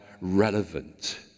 relevant